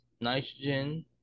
nitrogen